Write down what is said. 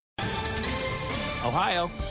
Ohio